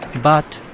but.